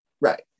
Right